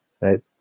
right